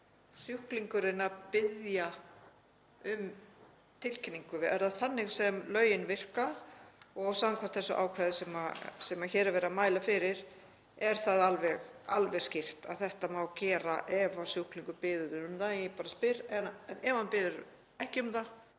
sjúklingurinn að biðja um tilkynningu? Er það þannig sem lögin virka? Samkvæmt þessu ákvæði sem hér er verið að mæla fyrir er það alveg skýrt að þetta má gera ef sjúklingur biður um það en ég bara spyr: En ef hann biður ekki um það